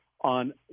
on